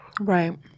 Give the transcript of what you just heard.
Right